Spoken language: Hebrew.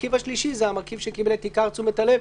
והמרכיב השלישי זה המרכיב שקיבל את עיקר תשומת הלב,